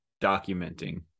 documenting